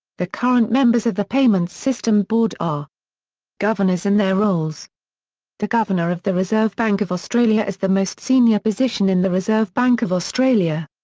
the current members of the payments system board are governors and their roles the governor of the reserve bank of australia is the most senior position in the reserve bank of australia.